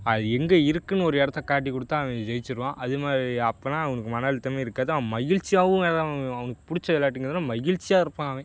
அது எங்கே இருக்குதுன்னு ஒரு இடத்த காட்டிக்குடுத்தால் அவன் ஜெயிச்சிடுவான் அதுமாதிரி அப்பெல்லாம் அவனுக்கு மனஅழுத்தமே இருக்காது அவன் மகிழ்ச்சியாகவும் அவனுக்கு பிடிச்ச விளாட்டுங்குறதுனால மகிழ்ச்சியாக இருப்பான் அவன்